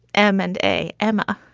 m and a, emma